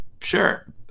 sure